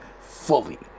fully